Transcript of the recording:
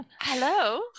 hello